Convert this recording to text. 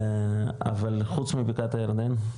אבל חוץ מבקעת הירדן?